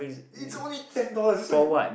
it's only ten dollar that's why you